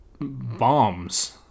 bombs